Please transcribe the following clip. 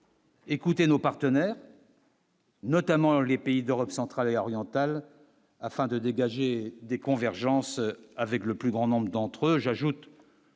écoutez nos partenaires. Notamment les pays d'Europe centrale et orientale afin de dégager des convergences avec le plus grand nombre d'entre eux